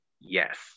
Yes